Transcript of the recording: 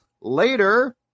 later